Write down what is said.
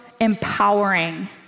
empowering